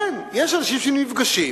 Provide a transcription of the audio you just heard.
כן, יש אנשים שנפגשים,